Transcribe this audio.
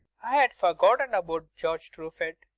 i had forgotten about george triiefit.